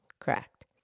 Correct